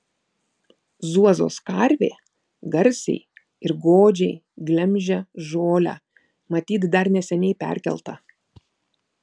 zuozos karvė garsiai ir godžiai glemžia žolę matyt dar neseniai perkelta